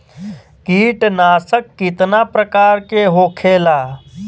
कीटनाशक कितना प्रकार के होखेला?